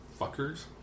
Fuckers